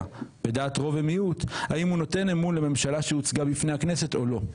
בדעת רוב ומיעוט האם הוא נותן אמון לממשלה שהוצגה בפני הכנסת או לא.